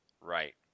Right